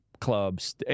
clubs